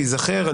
ייזכר.